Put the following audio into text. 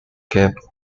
cape